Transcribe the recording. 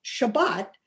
Shabbat